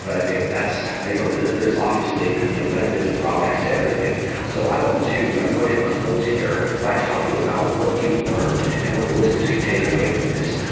but i think that's you know there's obviously you know benefits and drawbacks to everything so i wanted to go ahead and close here by talking about what you've learned and what the listeners can take away from this.